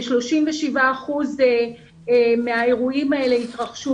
כ-37 אחוזים מהאירועים האלה התרחשו